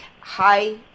high